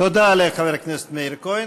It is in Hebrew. תודה לחבר הכנסת מאיר כהן.